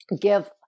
give